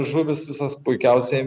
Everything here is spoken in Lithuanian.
žuvys visos puikiausiai